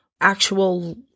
actual